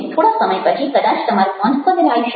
થોડા સમય પછી કદાચ તમારું મન બદલાઈ શકે